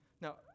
Now